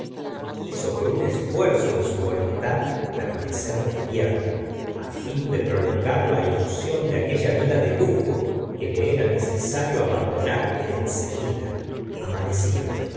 quiso por un esfuerzo de su voluntad permanecer despierta fin de prolongar la ilusión de aquella vida de lujo que le era necesaflo abandonar en seguida amanecía